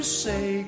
say